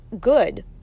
good